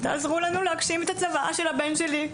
תעזרו לנו להגשים את הצוואה של הבן שלי,